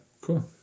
cool